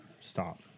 stop